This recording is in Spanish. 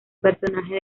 personaje